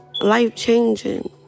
life-changing